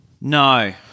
No